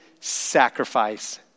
sacrifice